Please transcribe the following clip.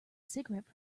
cigarette